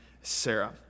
Sarah